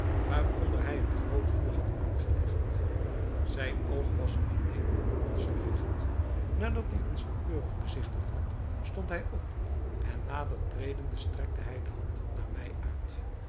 waaronder hij een groot vuur had aangelegd zijn oog was alleen op ons gerigt nadat hij ons naauwkeurig bezigtigd had stond hij op en nader tredende strekte hij de hand naar mij uit